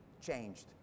changed